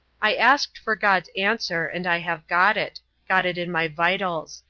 i asked for god's answer and i have got it got it in my vitals.